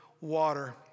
water